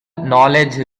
knowledge